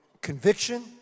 conviction